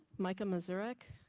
mica misurek,